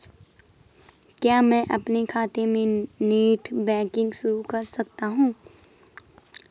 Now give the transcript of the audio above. क्या मैं अपने खाते में नेट बैंकिंग शुरू कर सकता हूँ?